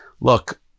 look